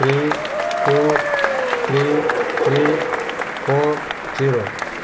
three two three three four zero